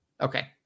Okay